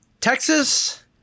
Texas